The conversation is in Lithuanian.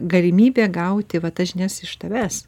galimybė gauti va tas žinias iš tavęs